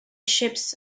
ships